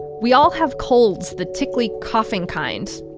we all have colds, the tickly coughing kind.